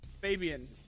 Fabian